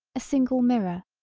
a single mirror,